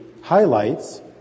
highlights